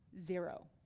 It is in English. Zero